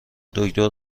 دکتر